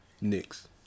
Knicks